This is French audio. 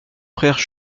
frères